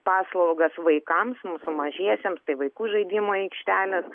paslaugas vaikams mūsų mažiesiems tai vaikų žaidimų aikštelės